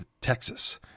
Texas